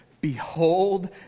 Behold